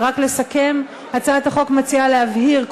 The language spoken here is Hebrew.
רק לסכם: הצעת החוק מציעה להבהיר,